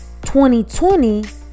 2020